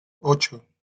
ocho